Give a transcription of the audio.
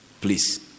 please